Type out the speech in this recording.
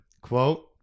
quote